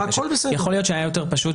יכול להיות שהיה יותר פשוט,